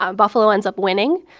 ah buffalo ends up winning,